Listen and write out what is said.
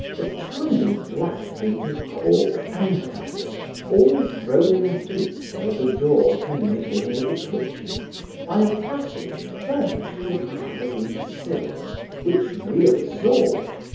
a tiny, black-painted cork anchor all thrown in a heap near the door communicating with the kitchen by a passage furnished with cappadine silk which reabsorbed,